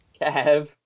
Kev